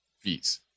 fees